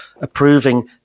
approving